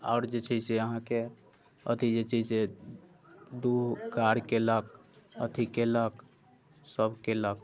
आओर जे छै से अहाँकें अथि जे छै से दूह कार कयलक अथि कयलक सभ कयलक